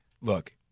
Look